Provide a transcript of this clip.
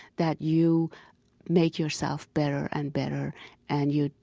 that you make yourself better and better and you,